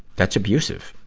that's abusive.